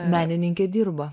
menininkė dirba